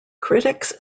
critics